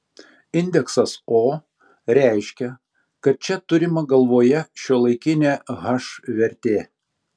indeksas o reiškia kad čia turima galvoje šiuolaikinė h vertė